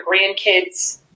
grandkids